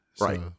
Right